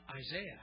Isaiah